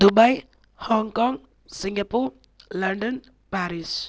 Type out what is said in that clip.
Dubai Hong Kong Singapore London Paris